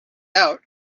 out